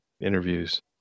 interviews